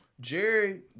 Jerry